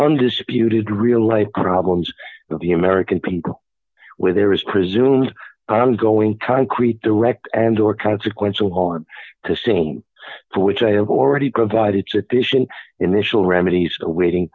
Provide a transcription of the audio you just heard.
undisputed real life problems of the american people where there is presumed ongoing concrete direct and or consequential harm to same for which i have already provided sufficient initial remedies awaiting